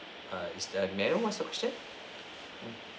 err is the male voice option